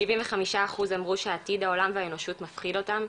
שבעים וחמישה אחוז אמרו שעתיד העולם והאנושות מפחיד אותם,